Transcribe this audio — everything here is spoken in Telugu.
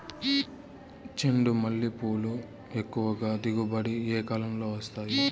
చెండుమల్లి పూలు ఎక్కువగా దిగుబడి ఏ కాలంలో వస్తాయి